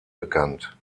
bekannt